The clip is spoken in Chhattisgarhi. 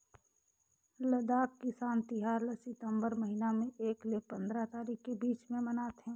लद्दाख किसान तिहार ल सितंबर महिना में एक ले पंदरा तारीख के बीच में मनाथे